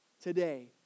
Today